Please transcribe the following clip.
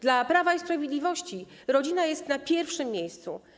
Dla Prawa i Sprawiedliwości rodzina jest na pierwszym miejscu.